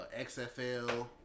XFL